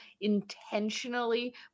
intentionally